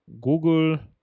Google